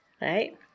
right